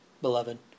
Beloved